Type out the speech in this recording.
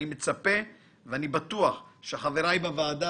אני מצפה, ואני בטוח שחבריי בוועדה